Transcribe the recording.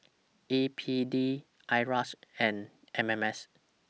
A P D IRAS and M M S